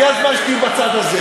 והגיע הזמן שתהיי בצד הזה.